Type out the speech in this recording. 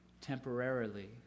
temporarily